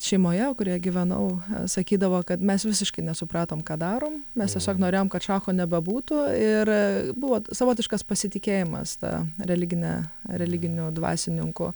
šeimoje kurioje gyvenau sakydavo kad mes visiškai nesupratom ką darom mes tiesiog norėjom kad šacho nebebūtų ir buvo savotiškas pasitikėjimas ta religine religinių dvasininkų